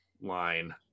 line